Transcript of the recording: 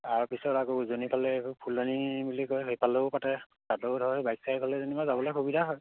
তাৰপিছত আকৌ উজনি পালে এইটো ফুলনি বুলি কয় সেইফালেও পাতে তাতো ধৰি বাইক চাইক হ'লে যেনিবা যাবলৈ সুবিধা হয়